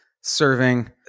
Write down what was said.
serving